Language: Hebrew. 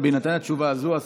בהינתן התשובה הזאת,